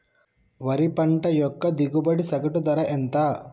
వరి పంట యొక్క దిగుబడి సగటు ధర ఎంత?